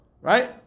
Right